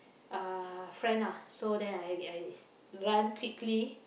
uh friend ah so then I I run quickly